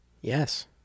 yes